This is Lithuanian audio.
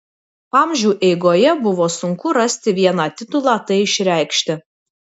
amžių eigoje buvo sunku rasti vieną titulą tai išreikšti